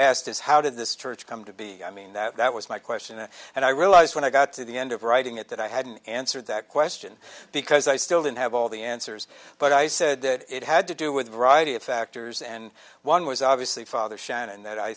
asked is how did this church come to be i mean that was my question and i realized when i got to the end of writing it that i hadn't answered that question because i still didn't have all the answers but i said that it had to do with a variety of factors and one was obviously father shannon that i